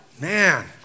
Man